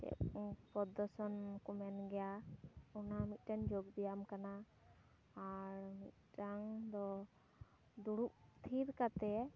ᱪᱮᱫ ᱯᱚᱫᱽᱫᱟᱥᱚᱱ ᱠᱚ ᱢᱮᱱ ᱜᱮᱭᱟ ᱚᱱᱟ ᱢᱤᱫᱴᱮᱱ ᱡᱳᱜᱽ ᱵᱮᱭᱟᱢ ᱠᱟᱱᱟ ᱟᱨ ᱢᱤᱫᱴᱟᱝ ᱫᱚ ᱫᱩᱲᱩᱵ ᱴᱷᱤᱨ ᱠᱟᱛᱮ